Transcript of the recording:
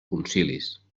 concilis